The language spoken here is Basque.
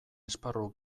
esparru